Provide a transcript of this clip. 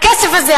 הכסף הזה,